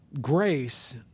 grace